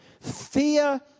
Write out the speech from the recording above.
Fear